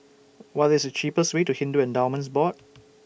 What IS The cheapest Way to Hindu Endowments Board